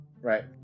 Right